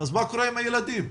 מה קורה עם הילדים?